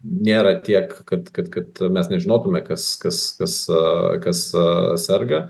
nėra tiek kad kad kad mes nežinotume kas kas kas kas serga